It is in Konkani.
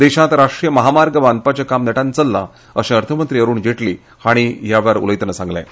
देशांत राष्ट्रीय महामार्ग बांदपाचें काम नेटान चल्लां अशें अर्थ मंत्री अरुण जेटली हांणी ह्या वेळार उलयतना सांगलें